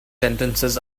sentences